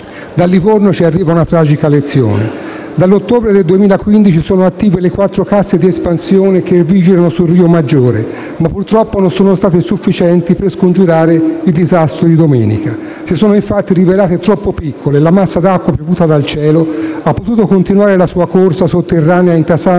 Da Livorno ci arriva una tragica lezione: dall'ottobre del 2015 sono attive le quattro casse di espansione che vigilano sul Rio Maggiore, ma, purtroppo, non sono state sufficienti per scongiurare il disastro di domenica: si sono infatti rivelate troppo piccole e la massa d'acqua piovuta dal cielo ha potuto continuare la sua corsa sotterranea intasando